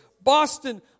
Boston